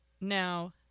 now